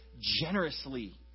generously